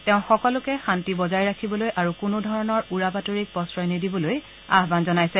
তেওঁ সকলোকে শাস্তি বজাই ৰাখিবলৈ আৰু কোনো ধৰণৰ উৰা বাতৰিক প্ৰশ্ৰয় নিদিবলৈ আহান জনাইছে